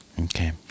Okay